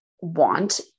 want